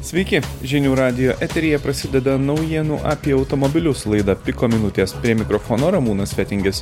sveiki žinių radijo eteryje prasideda naujienų apie automobilius laida piko minutės prie mikrofono ramūnas fetingis